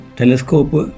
telescope